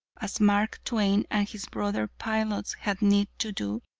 as mark twain and his brother pilots had need to do,